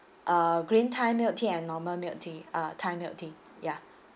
uh green thai milk tea and normal milk tea uh thai milk tea ya